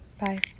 Bye